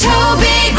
Toby